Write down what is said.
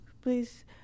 please